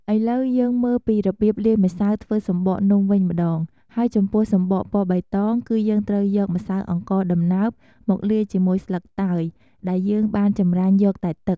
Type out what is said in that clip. ឥឡូវ យើងមើលពីរបៀបលាយម្សៅធ្វើសំបកនំវិញម្តង ហើយចំពោះសំបកពណ៌បៃតង គឺយើងត្រូវយកម្សៅអង្ករដំណើប មកលាយជាមួយស្លឹកតើយដែលយើងបានចម្រាញ់យកតែទឹក។